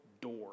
door